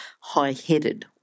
high-headed